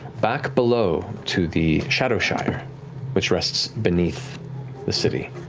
back below to the shadowshire which rests beneath the city.